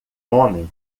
homem